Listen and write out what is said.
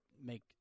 make